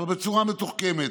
אבל בצורה מתוחכמת.